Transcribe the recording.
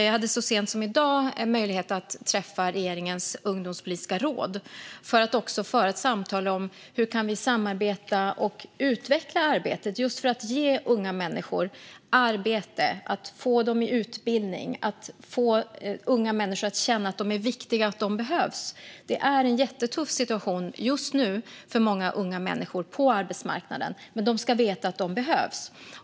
Jag hade så sent som i dag möjlighet att träffa regeringens ungdomspolitiska råd för att föra ett samtal om hur vi kan samarbeta och utveckla arbetet för att ge unga människor arbete, att få dem i utbildning, att få unga människor att känna att de är viktiga och att de behövs. Det är en jättetuff situation just nu för många unga människor på arbetsmarknaden, men de ska veta att de behövs.